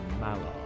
Malar